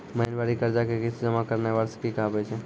महिनबारी कर्जा के किस्त जमा करनाय वार्षिकी कहाबै छै